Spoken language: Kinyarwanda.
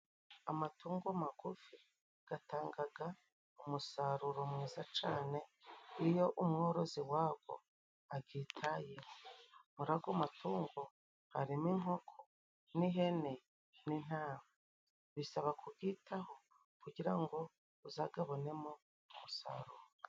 Amatungo magufi gatangaga umusaruro mwiza cane iyo umworozi wago agitayeho; muri ago matungo harimo:inkoko, n'ihene ,n'intama bisaba kugitaho kugira ngo uzagabonemo umusaruro.